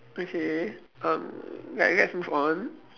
okay um let let's move on